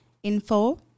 Info